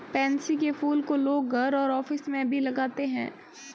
pansy के फूल को लोग घर और ऑफिस में भी लगाते है